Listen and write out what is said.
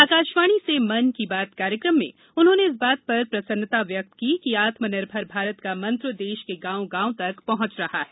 आकाशवाणी से मन की बात कार्यक्रम में उन्होंने इस बात पर प्रसन्नता व्यक्त की कि आत्मनिर्भर भारत का मंत्र देश के गांव गांव तक पहुंच रहा है